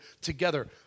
together